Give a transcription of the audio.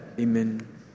Amen